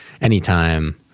Anytime